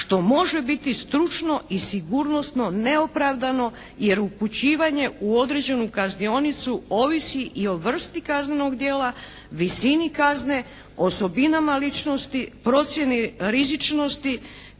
što može biti stručno i sigurnosno neopravdano jer upućivanje u određenu kaznionicu ovisi i o vrsti kaznenog djela, visini kazne, osobinama ličnosti, procjeni rizičnosti,